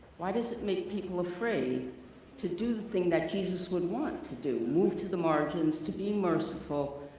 why does it make people afraid to do the thing that jesus would want to do, move to the margins, to be merciful,